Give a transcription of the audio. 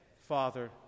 Father